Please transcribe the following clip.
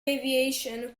aviation